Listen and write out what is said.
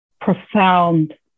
profound